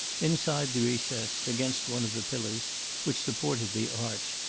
inside the recess, against one of the pillars which supported the arch,